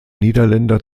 niederländer